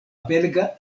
belga